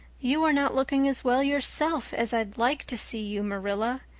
you are not looking as well yourself as i'd like to see you, marilla.